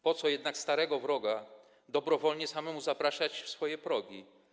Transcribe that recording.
Po co jednak starego wroga dobrowolnie samemu zapraszać w swoje progi.